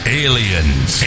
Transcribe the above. aliens